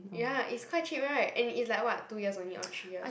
ya it's quite cheap [right] and is like what two years only or three years